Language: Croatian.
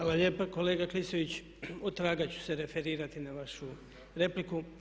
Hvala lijepa kolega Klisović, otraga ću se referirati na vašu repliku.